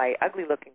ugly-looking